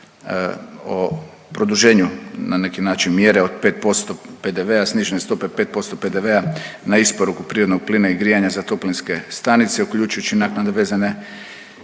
o produženju na neki način mjere od 5% PDV-a, snižene stope 5% PDV-a na isporuku prirodnog plina i grijanja za toplinske stanice uključujući i naknade vezane